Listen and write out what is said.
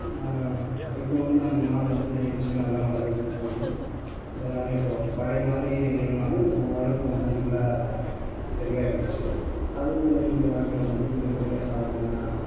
இப்போ வந்து அந்த மாடு வந்து ஏந்திச்சு நல்லா நடக்குது போகுது எல்லாம் இப்போ பழைய மாதிரி இல்லைன்னாலும் இப்போ ஓரளவுக்கு வந்து நல்லா சரி ஆகிடுச்சி அது என்னுடைய வாழ்க்கையில் வந்து மிகப்பெரிய சாதனையாக